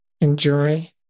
enjoy